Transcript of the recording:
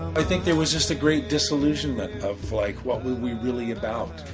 i think there was just a great disillusionment of, like, what were we really about,